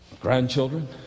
grandchildren